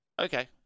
okay